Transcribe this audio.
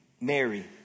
Mary